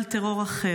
לימור סון הר מלך,